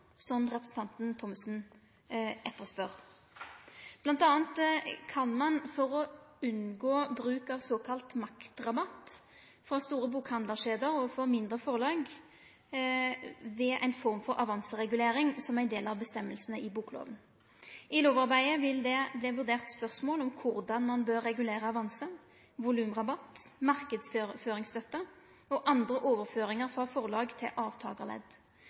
representanten Thomsen etterspør. Blant anna kan ein unngå bruk av såkalla maktrabatt frå store bokhandlarkjeder overfor mindre forlag ved ei form for avanseregulering som ein del av føresegnene i boklova. I lovarbeidet vil det verte vurdert spørsmål om korleis ein bør regulere avanse, volumrabatt, marknadsføringsstøtte og andre overføringar frå forlag til